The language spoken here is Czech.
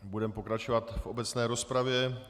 Budeme pokračovat v obecné rozpravě.